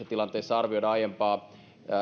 tilanteissa arvioida aiempaa